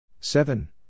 Seven